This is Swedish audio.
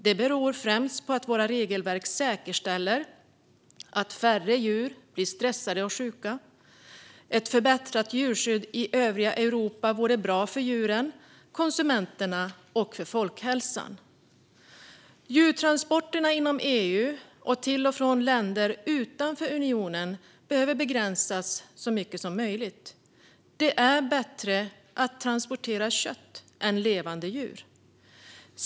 Det beror främst på att våra regelverk säkerställer att färre djur blir stressade och sjuka. Ett förbättrat djurskydd i övriga Europa vore bra för djuren, konsumenterna och folkhälsan. Djurtransporterna inom EU och till och från länder utanför unionen behöver begränsas så mycket som möjligt. Det är bättre att transportera kött än levande djur.